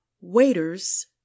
waiters